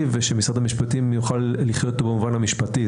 ושמשרד המשפטים יוכל לחיות איתו במובן המשפטי,